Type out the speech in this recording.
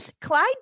Clyde